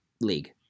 league